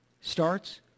starts